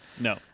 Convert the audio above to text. No